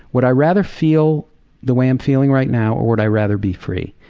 would i rather feel the way i'm feeling right now, or would i rather be free?